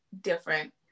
different